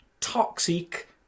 toxic